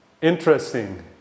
interesting